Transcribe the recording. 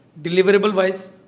Deliverable-wise